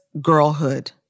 girlhood